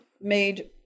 made